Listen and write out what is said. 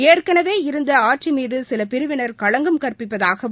ஏற்கனவே இருந்த ஆட்சி மீது சில ்பிரிவினர் களங்கம் கற்பிப்பதாகவும்